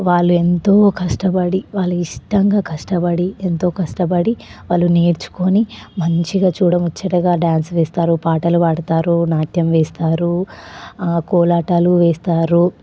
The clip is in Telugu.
వాళ్ళు ఎంతో కష్టపడి వాళ్ళు ఇష్టంగా కష్టపడి ఎంతో కష్టపడి వాళ్ళు నేర్చుకుని మంచిగా చూడముచ్చటగా డ్యాన్స్ వేస్తారు పాటలు పాడతారు నాట్యం వేస్తారు కోలాటాలు వేస్తారు